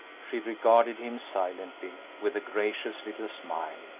she regarded him silently, with a gracious little smile,